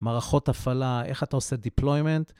מערכות הפעלה, איך אתה עושה deployment.